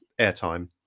airtime